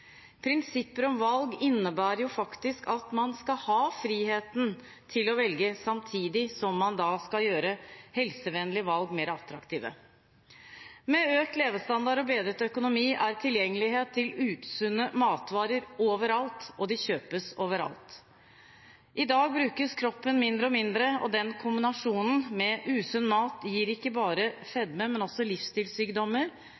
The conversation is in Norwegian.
Prinsippet om valg innebærer faktisk at man skal ha friheten til å velge, samtidig som man skal gjøre helsevennlige valg mer attraktive. Med økt levestandard og bedret økonomi er det tilgjengelighet til usunne matvarer overalt, og de kjøpes overalt. I dag brukes kroppen mindre og mindre, og i kombinasjon med usunn mat gir